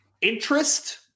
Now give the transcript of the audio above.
interest